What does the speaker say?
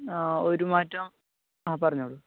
ഒരുമാറ്റവും അ പറഞ്ഞോളൂ